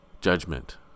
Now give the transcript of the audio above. judgment